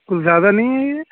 کچھ زیادہ نہیں ہے یہ